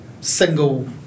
single